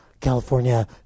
California